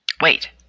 Wait